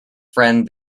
friend